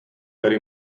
tady